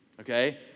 Okay